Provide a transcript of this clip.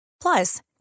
Plus